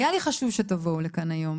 היה לי חשוב שתבואו לכאן היום,